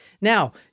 Now